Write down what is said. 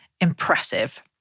impressive